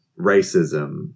racism